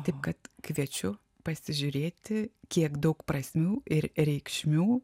taip kad kviečiu pasižiūrėti kiek daug prasmių ir reikšmių